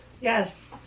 Yes